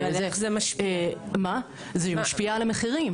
זה משפיע על המחירים